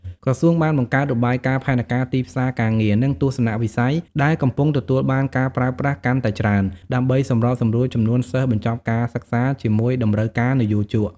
ក្រសួងបានបង្កើតរបាយការណ៍ផែនការទីផ្សារការងារ និងទស្សនវិស័យ ដែលកំពុងទទួលបានការប្រើប្រាស់កាន់តែច្រើន ដើម្បីសម្របសម្រួលចំនួនសិស្សបញ្ចប់ការសិក្សាជាមួយតម្រូវការនិយោជក។